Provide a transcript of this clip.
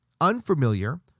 unfamiliar